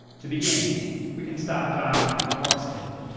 to begin we can start dialling up the clock speed.